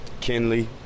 Kenley